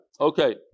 Okay